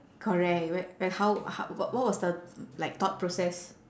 correct wh~ like how h~ w~ what was the like thought process